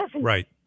Right